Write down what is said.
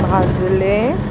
भाजले